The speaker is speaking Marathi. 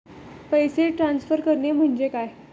पैसे ट्रान्सफर करणे म्हणजे काय?